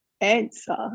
answer